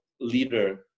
leader